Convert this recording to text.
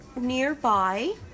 nearby